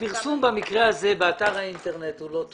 הפרסום במקרה הזה באתר האינטרנט הוא לא טוב.